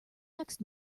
next